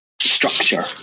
structure